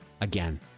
again